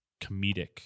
comedic